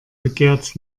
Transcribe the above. begehrt